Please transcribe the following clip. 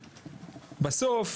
בסוף,